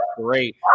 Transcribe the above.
great